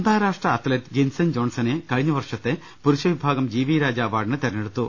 അന്താരാഷ്ട്ര അത്ലറ്റ് ജിൻസൺ ജോൺസണെ കഴിഞ്ഞ വർഷത്തെ പുരുഷവിഭാഗം ജി വി രാജ അവാർഡിന് തെരഞ്ഞെടുത്തു